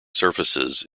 surfaces